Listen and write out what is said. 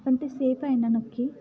पण ते सेफ आहे ना नक्की